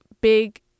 big